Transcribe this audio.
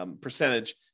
percentage